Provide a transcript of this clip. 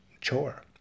chore